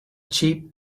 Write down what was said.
cheap